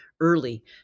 early